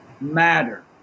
matter